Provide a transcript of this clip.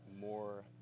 more